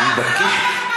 אני מבקש.